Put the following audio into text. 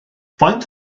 faint